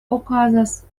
okazas